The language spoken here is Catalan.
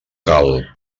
cal